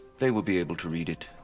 they will be able to read it.